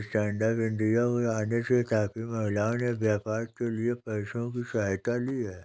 stand up India के आने से काफी महिलाओं ने व्यापार के लिए पैसों की सहायता ली है